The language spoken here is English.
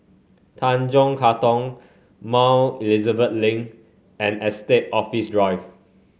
Tanjong Katong Mount Elizabeth Link and Estate Office Drive